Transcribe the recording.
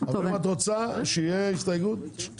אם את רוצה שתהיה הסתייגות שתהיה.